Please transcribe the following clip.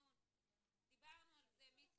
דיברנו מי צופה,